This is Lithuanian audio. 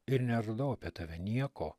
ir neradau apie tave nieko